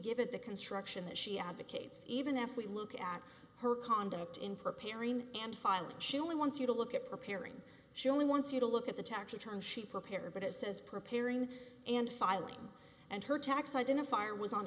give it the construction that she advocates even if we look at her conduct in preparing and filing surely wants you to look at preparing she only wants you to look at the tax return she prepared but it says preparing and filing and her tax identifier was on